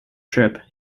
trip